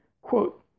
Quote